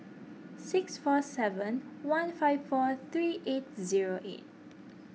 six four seven one five four three eight zero eight